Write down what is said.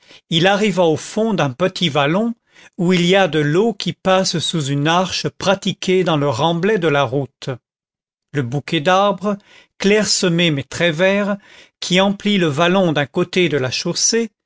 il arriva au fond d'un petit vallon où il y a de l'eau qui passe sous une arche pratiquée dans le remblai de la route le bouquet d'arbres clairsemé mais très vert qui emplit le vallon d'un côté de la chaussée